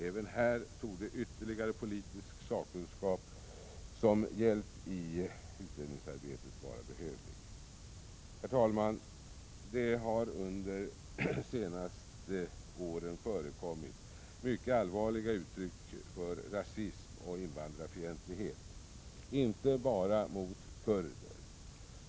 Även här torde ytterligare politisk sakkunskap som hjälp i utredningsarbetet vara behövlig. Herr talman! Det har under det senaste året förekommit mycket allvarliga uttryck för rasism och invandrarfientlighet, inte bara mot kurder.